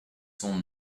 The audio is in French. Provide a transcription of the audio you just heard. son